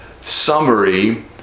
summary